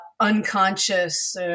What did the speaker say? Unconscious